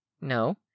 No